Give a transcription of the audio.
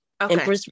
Okay